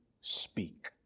speak